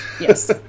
Yes